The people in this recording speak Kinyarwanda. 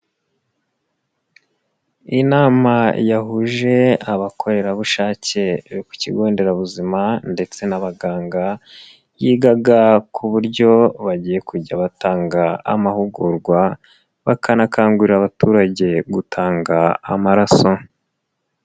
Inama yahuje abakorerabushake ku kigonderabuzima ndetse n'abaganga, yigaga ku buryo bagiye kujya batanga amahugurwa, bakanakangurira abaturage gutanga amaraso.